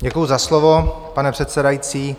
Děkuju za slovo, pane předsedající.